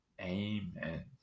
Amen